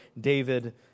David